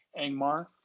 Angmar